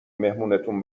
مهمونتون